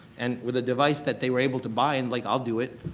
and with a device that they were able to buy and like, i'll do it,